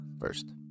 first